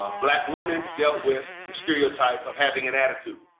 black women dealt with the stereotype of having an attitude.